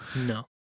No